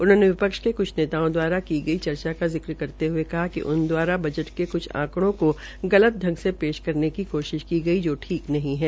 उन्होंने विपक्ष के कुछ नेताओं द्वारा की गई चर्चा का जिक्र करते हये कहा कि उन द्वारा बजट के कुछ आंकड़ों को गलत से पेश करने की कोशिश की गई जो ठीक नहीं है